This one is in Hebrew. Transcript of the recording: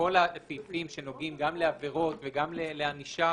כל הסעיפים שנוגעים גם לעבירות וגם לענישה,